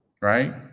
Right